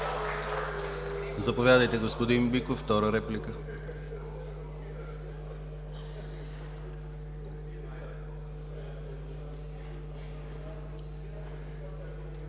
Заповядайте, господин Биков, за втора реплика.